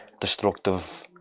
destructive